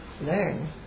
learn